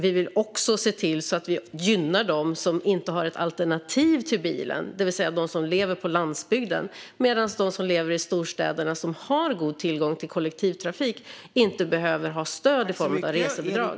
Vi vill också se till att vi gynnar dem som inte har ett alternativ till bilen, det vill säga de som lever på landsbygden, medan de som lever i storstäderna och har god tillgång till kollektivtrafik inte behöver ha stöd i form av resebidrag.